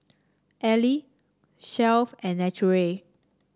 Elle Shelf and Naturel